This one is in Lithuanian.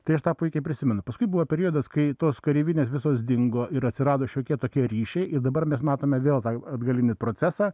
tai aš tą puikiai prisimenu paskui buvo periodas kai tos kareivinės visos dingo ir atsirado šiokie tokie ryšiai ir dabar mes matome vėl atgalinį procesą